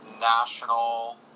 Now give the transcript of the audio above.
national